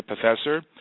professor